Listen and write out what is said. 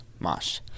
Mosh